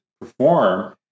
perform